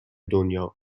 دنیام